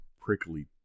prickly